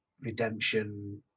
redemption